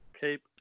keep